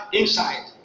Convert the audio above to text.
inside